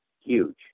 huge